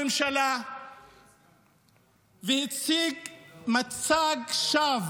עמד כאן ראש הממשלה והציג מצג שווא,